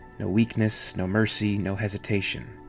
no weakness, no mercy, no hesitation.